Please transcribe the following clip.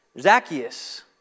Zacchaeus